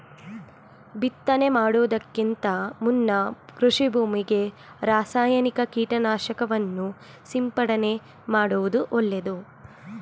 ಬಿತ್ತನೆ ಮಾಡುವುದಕ್ಕಿಂತ ಮುನ್ನ ಕೃಷಿ ಭೂಮಿಗೆ ರಾಸಾಯನಿಕ ಕೀಟನಾಶಕವನ್ನು ಸಿಂಪಡಣೆ ಮಾಡುವುದು ಒಳ್ಳೆದು